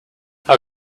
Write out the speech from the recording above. how